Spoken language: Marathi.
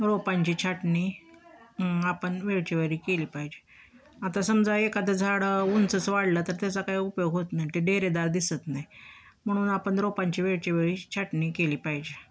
रोपांची छाटणी आपण वेळच्यावेळी केली पाहिजे आता समजा एखादं झाडं उंचच वाढलं तर त्याचा काय उपयोग होत नाही ते डेरेदार दिसत नाही म्हणून आपण रोपांची वेळच्यावेळी छाटणी केली पाहिजे